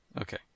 Okay